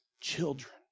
children